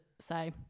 say